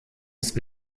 ist